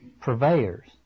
purveyors